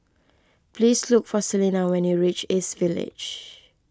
please look for Celena when you reach East Village